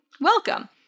welcome